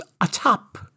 atop